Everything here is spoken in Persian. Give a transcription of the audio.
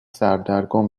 سردرگم